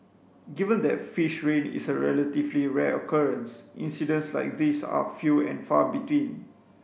given that fish rain is a relatively rare occurrence incidents like these are few and far between